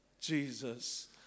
Jesus